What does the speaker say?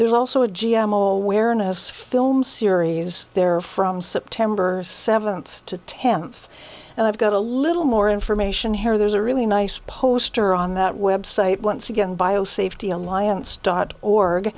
there's also a g m awareness film series there from september seventh to tenth and i've got a little more information in here there's a really nice poster on that website once again biosafety alliance dot org